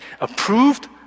approved